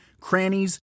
crannies